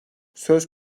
söz